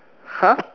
!huh!